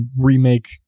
remake